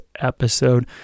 episode